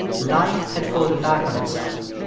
life had folded back on itself.